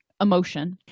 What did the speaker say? emotion